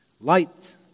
Light